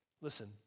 Listen